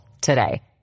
today